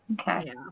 Okay